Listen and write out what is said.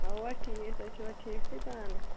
اَوا ٹھیٖک تُہۍ چھِوا ٹھیٖکھٕے پانہٕ